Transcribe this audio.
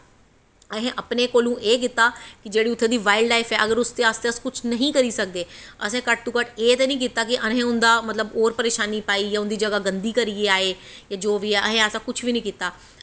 असें अपने कोला एह् कीता कि जेह्ड़ी उत्थेै दी जेह्ड़ी बाइल्ड लाइफ ऐ अगर अस उस दे आस्तै कुछ नेईं हे करी सकदे असें घट्ट तो घट्ट एह् ते निं कीता कि असें उं'दा मतलब कि होर परेशानी पाई जां उं'दी जगह गंदी करियै आए ते जो बी ऐ असें ऐसा कुछ बी निं कीता